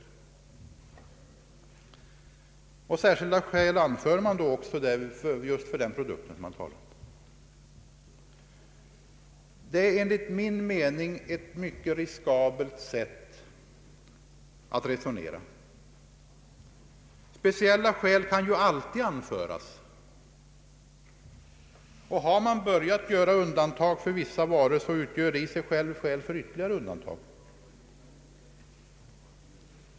Man anför särskilda skäl just för den produkt man talar om, Det är enligt min mening ett mycket riskabelt sätt att resonera. Speciella skäl kan alltid anföras, och har man börjat göra undantag för vissa varor utgör det i sig självt skäl för ytterligare undantag.